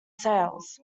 sales